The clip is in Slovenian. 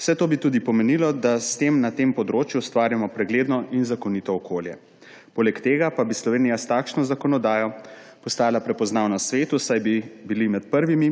Vse to bi tudi pomenilo, da s tem na tem področju ustvarjamo pregledno in zakonito okolje. Poleg tega pa bi Slovenija s takšno zakonodajo postala prepoznavna v svetu, saj bi bili med prvimi,